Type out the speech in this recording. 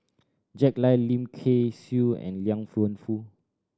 Jack Lai Lim Kay Siu and Liang Wenfu